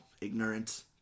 ignorant